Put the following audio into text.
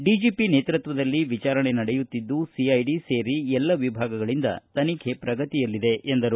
DGP ನೇತೃತ್ತದಲ್ಲಿ ವಿಚಾರಣೆ ನಡೆಯುತ್ತಿದ್ದು ಸಿಐಡಿ ಸೇರಿ ಎಲ್ಲ ವಿಭಾಗಗಳಿಂದ ತನಿಖೆ ಪ್ರಗತಿಯಲ್ಲಿದೆ ಎಂದರು